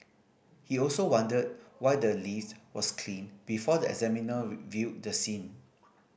he also wondered why the list was cleaned before the examiner viewed the scene